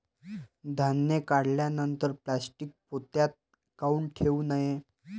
धान्य काढल्यानंतर प्लॅस्टीक पोत्यात काऊन ठेवू नये?